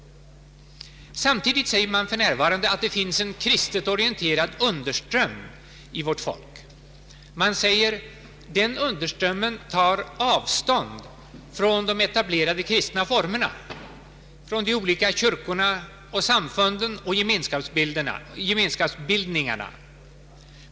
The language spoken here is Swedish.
Samtidigt säger man för närvarande att det finns en kristet orienterad underström inom vårt folk. Man säger att den underströmmen tar avstånd från de etablerade kristna formerna, från de olika kyrkorna, samfunden och gemenskapsbildningarna.